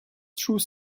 through